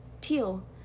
Teal